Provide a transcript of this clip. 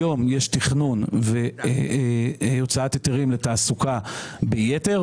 היום יש תכנון והוצאת היתרים לתעסוקה ביתר,